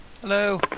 Hello